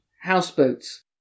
houseboats